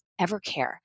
EverCare